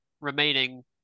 remaining